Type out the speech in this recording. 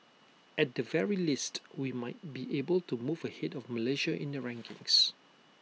at the very least we might be able to move ahead of Malaysia in the rankings